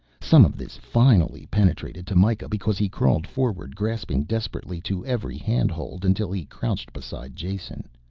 some of this finally penetrated to mikah because he crawled forward grasping desperately to every hand-hold until he crouched beside jason.